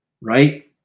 right